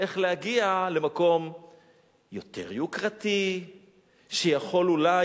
איך להגיע למקום יותר יוקרתי שיכול אולי